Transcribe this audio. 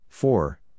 Four